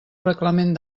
reglament